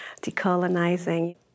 decolonizing